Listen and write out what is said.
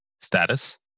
status